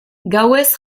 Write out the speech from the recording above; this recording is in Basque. gauez